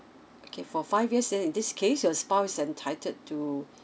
okay for five years then in this case your spouse is entitled to